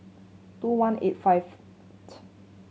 two one and eight five